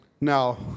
Now